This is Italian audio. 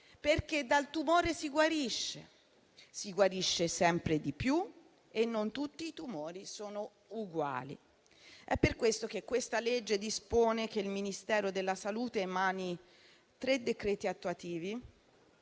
anni. Dal tumore si guarisce, si guarisce sempre di più e non tutti i tumori sono uguali. È per questo che il provvedimento dispone che il Ministero della salute emani tre decreti attuativi,